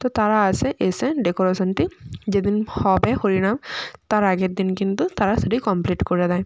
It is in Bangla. তো তারা আসে এসে ডেকরেশানটি যেদিন হবে হরিনাম তার আগের দিন কিন্তু তারা সেটি কমপ্লিট করে দেয়